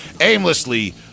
aimlessly